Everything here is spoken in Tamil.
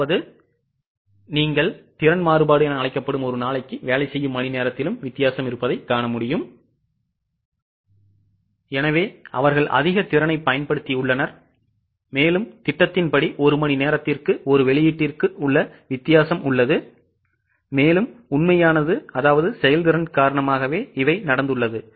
அதாவது அவர்கள் அதிக திறனைப் பயன்படுத்தியுள்ளனர் மேலும் திட்டத்தின் படி ஒரு மணி நேரத்திற்கு ஒரு வெளியீட்டிற்கும் வித்தியாசம் உள்ளது மேலும் உண்மையானது அதாவது செயல்திறன் காரணமாகும்